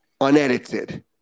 unedited